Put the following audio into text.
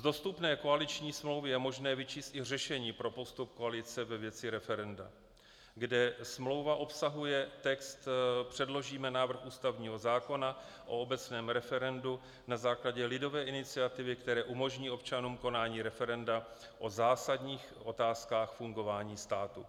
Z dostupné koaliční smlouvy je možné vyčíst i řešení pro postup koalice ve věci referenda, kde smlouva obsahuje text: Předložíme návrh ústavního zákona o obecném referendu na základě lidové iniciativy, které umožní občanům konání referenda o zásadních otázkách fungování státu.